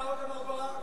ומה עוד אמר ברק?